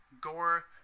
gore